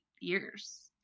years